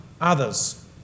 others